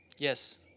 Yes